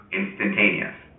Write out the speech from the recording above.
instantaneous